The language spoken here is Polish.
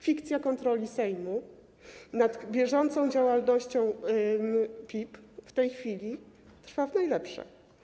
Fikcja kontroli Sejmu nad bieżącą działalnością PIP w tej chwili trwa w najlepsze.